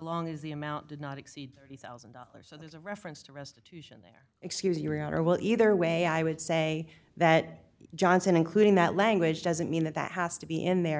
long as the amount did not exceed thirty thousand dollars so there's a reference to restitution there excuse your honor well either way i would say that johnson including that language doesn't mean that that has to be in there